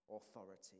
authority